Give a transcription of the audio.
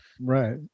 Right